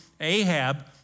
Ahab